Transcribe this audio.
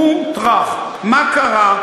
בום, טראח, מה קרה?